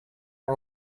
are